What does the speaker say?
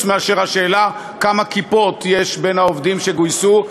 מהשאלה כמה כיפות יש בין העובדים שגויסו,